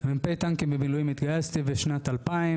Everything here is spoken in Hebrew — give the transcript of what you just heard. במלוא העוצמה שלו,